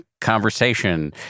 conversation